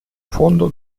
фонду